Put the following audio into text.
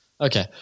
Okay